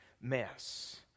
mess